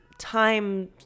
time